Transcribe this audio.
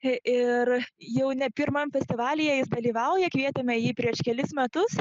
ir jau ne pirmam festivalyje dalyvauja kvietėme jį prieš kelis metus